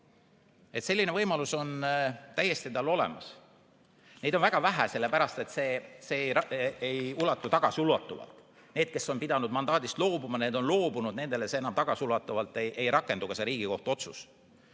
Selline võimalus on neil täiesti olemas. Neid on väga vähe, sellepärast et see ei ole tagasiulatuv. Need, kes on pidanud mandaadist loobuma, on loobunud, nendele see enam tagasiulatuvalt ei rakendu, ka see Riigikohtu otsus.